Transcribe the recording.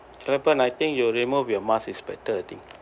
Sarapan I think you remove your mask is better I think